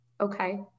okay